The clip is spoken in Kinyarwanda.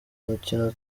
mukino